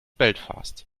belfast